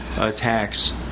attacks